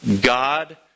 God